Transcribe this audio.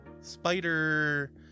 spider